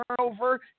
turnover